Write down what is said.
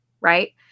Right